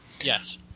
Yes